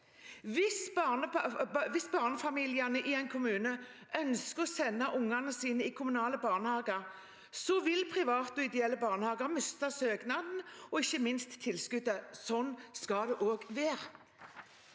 Hvis barnefamiliene i en kommune ønsker å sende ungene sine i kommunale barnehager, vil private og ideelle barnehager miste søknader, og ikke minst tilskuddet. Slik skal det også være.